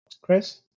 Chris